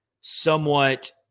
somewhat